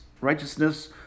righteousness